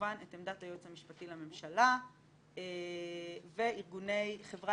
וכמובן עמדת היועץ המשפטי לממשלה וארגוני חברה